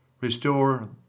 Restore